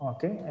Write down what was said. Okay